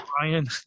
Ryan